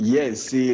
Yes